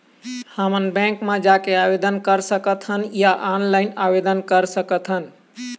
हमन बैंक मा जाके आवेदन कर सकथन या ऑनलाइन आवेदन कर सकथन?